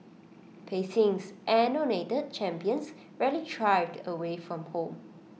Beijing's anointed champions rarely thrive away from home